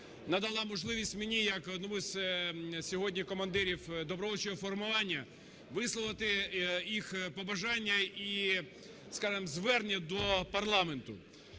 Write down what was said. надала можливість мені як одному сьогодні із командирів добровольчого формування висловити їх побажання і, скажемо, звернення до парламенту.